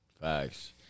Facts